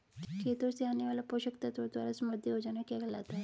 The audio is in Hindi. खेतों से आने वाले पोषक तत्वों द्वारा समृद्धि हो जाना क्या कहलाता है?